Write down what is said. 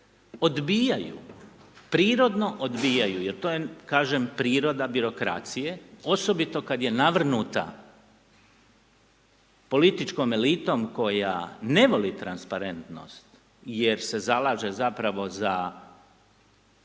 odbijaju, prirodno odbijaju, jer to je kažem priroda birokracije, osobito kada je navrnuta političkom elitom koja ne voli transparentnost jer se zalaže zapravo za